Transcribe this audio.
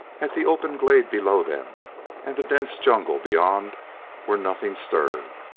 at the open glade below them and the dense jungle beyond where nothing stirred.